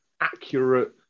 accurate